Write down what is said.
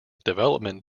development